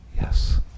Yes